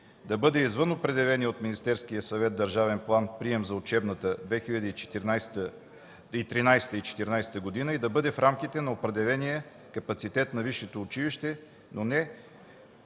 да бъде извън определения от Министерския съвет държавен план-прием за учебната 2013/2014 година и да бъде в рамките на определения капацитет на висшето училище, но не